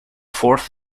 fourth